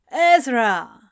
Ezra